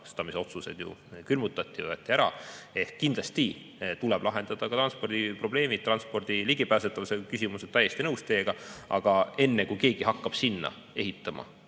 rahastamisotsused ju külmutati, [raha] võeti ära. Ehk kindlasti tuleb lahendada transpordiprobleemid, transpordi ligipääsetavuse küsimused. Täiesti nõus teiega. Aga enne, kui keegi hakkab sinna ehitama